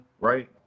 Right